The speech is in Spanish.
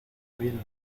vilma